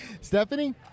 Stephanie